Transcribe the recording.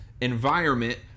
environment